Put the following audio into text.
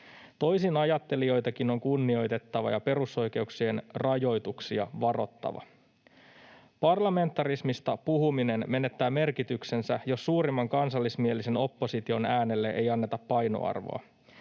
Toisinajattelijoitakin on kunnioitettava ja perusoikeuksien rajoituksia varottava. Parlamentarismista puhuminen menettää merkityksensä, jos suurimman kansallismielisen opposition äänelle ei anneta painoarvoa.